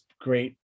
great